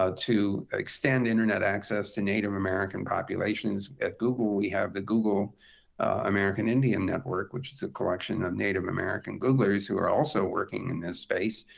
ah to extend internet access to native american populations. at google, we have the google american indian network, which is a collection of native american googlers who are also working in this space.